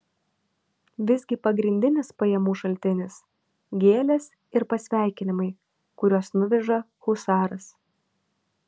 visgi pagrindinis pajamų šaltinis gėlės ir pasveikinimai kuriuos nuveža husaras